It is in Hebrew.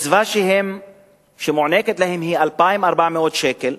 הקצבה שמוענקת להם היא 2,400 שקל.